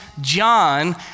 John